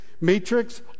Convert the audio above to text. matrix